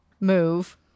move